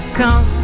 come